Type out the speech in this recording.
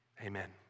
Amen